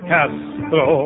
Castro